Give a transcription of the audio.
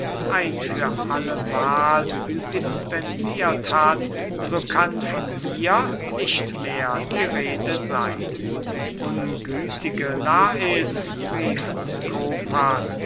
ein für alle mahl dispensiert hat so kann von mir nicht mehr die rede seyn ungütige lais rief